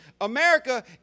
America